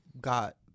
got